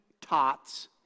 tots